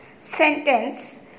Sentence